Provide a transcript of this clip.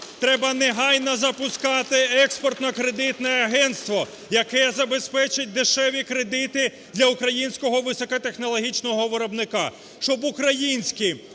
треба негайно запускати Експортно-кредитне агентство, яке забезпечить дешеві кредити для українського високотехнологічного виробника, щоб українські